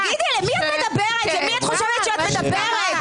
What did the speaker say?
תגידי, למי את חושבת שאת מדברת?